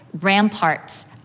ramparts